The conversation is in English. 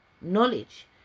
knowledge